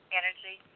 energy